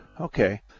Okay